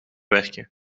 werken